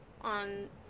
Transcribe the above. on